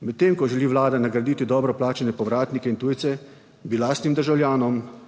Medtem ko želi vlada nagraditi dobro plačane povratnike in tujce, bi lastnim državljanom,